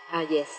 ah yes